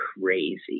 crazy